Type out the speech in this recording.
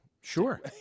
sure